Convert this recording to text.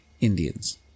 Indians